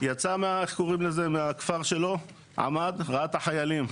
יצא מהכפר שלו, עמד וראה את החיילים.